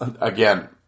again